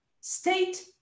state